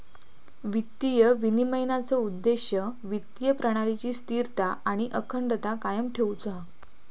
वित्तीय विनिमयनाचो उद्देश्य वित्तीय प्रणालीची स्थिरता आणि अखंडता कायम ठेउचो हा